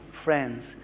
friends